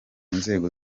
nzego